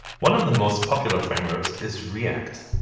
one of the most popular frameworks is react.